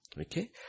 Okay